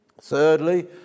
thirdly